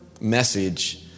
message